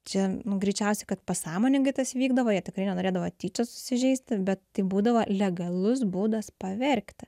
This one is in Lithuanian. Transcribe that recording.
čia nu greičiausiai kad pasąmoningai tas vykdavo jie tikrai nenorėdavo tyčia susižeisti bet tai būdavo legalus būdas paverkti